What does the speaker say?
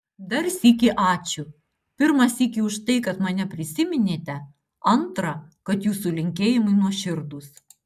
dar sykį ačiū pirmą sykį už tai kad mane prisiminėte antrą kad jūsų linkėjimai nuoširdūs